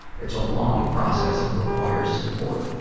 it's a long process and requires support.